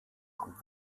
und